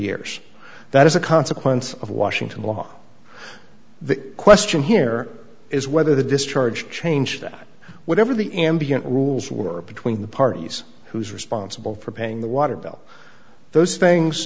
years that is a consequence of washington law the question here is whether the discharge changed that whatever the ambient rules were between the parties who is responsible for paying the water bill those things